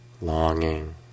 longing